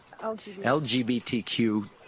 LGBTQ